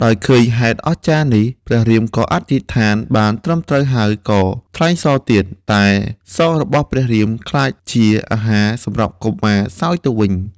ដោយឃើញហេតុអស្ចារ្យនេះ ព្រះរាមក៏អធិដ្ឋានបានត្រឹមត្រូវហើយក៏ថ្លែងសរទៀត តែសររបស់ព្រះរាមក្លាយជាអាហារសម្រាប់កុមារសោយទៅវិញ។